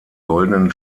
goldenen